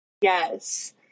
Yes